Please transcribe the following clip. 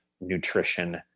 nutrition